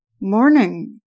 morning